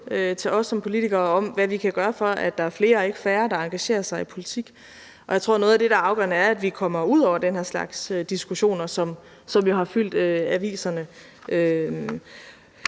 til os som politikere og om, hvad vi kan gøre, for at der er flere og ikke færre, der engagerer sig i politik, og jeg tror, at noget af det, der er afgørende, er, at vi kommer ud over den her slags diskussioner, som jo har fyldt aviserne.